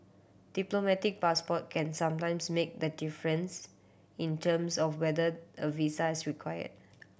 diplomatic passport can sometimes make the difference in terms of whether a visa is required